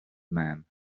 man